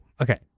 okay